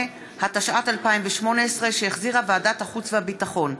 8), התשע"ט 2018, שהחזירה ועדת החוץ והביטחון.